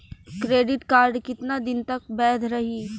Credit card कितना दिन तक वैध रही?